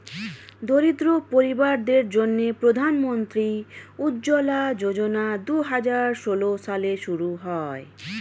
দরিদ্র পরিবারদের জন্যে প্রধান মন্ত্রী উজ্জলা যোজনা দুহাজার ষোল সালে শুরু হয়